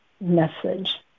message